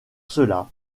cela